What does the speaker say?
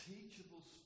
teachable